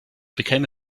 became